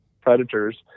predators